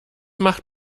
macht